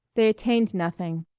they attained nothing.